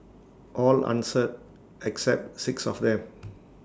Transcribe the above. all answered except six of them